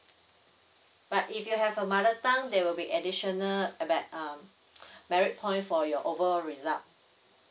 but if you have a mother tongue there will be additional uh me~ um merit point for your overall result